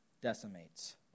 decimates